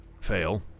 fail